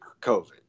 covid